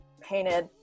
painted